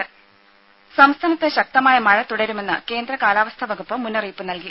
രുമ സംസ്ഥാനത്ത് ശക്തമായ മഴ തുടരുമെന്ന് കേന്ദ്ര കാലാവസ്ഥാ വകുപ്പ് മുന്നറിയിപ്പ് നൽകി